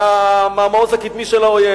מהמעוז הקדמי של האויב.